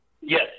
yes